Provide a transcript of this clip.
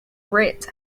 writ